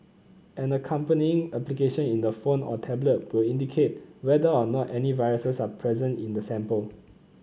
an accompanying application in the phone or tablet will indicate whether or not any viruses are present in the sample